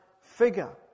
figure